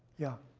yeah?